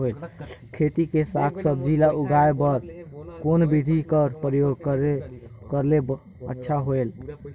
खेती मे साक भाजी ल उगाय बर कोन बिधी कर प्रयोग करले अच्छा होयल?